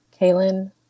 Kaylin